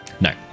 No